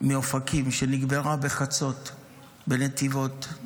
מאופקים שנקברה בחצות בנתיבות,